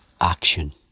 action